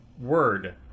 word